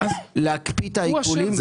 להקפיא את העיקולים.